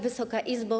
Wysoka Izbo!